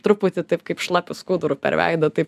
truputį taip kaip šlapiu skuduru per veidą taip